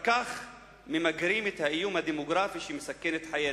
רק כך ממגרים את האיום הדמוגרפי שמסכן את חיינו".